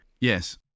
Yes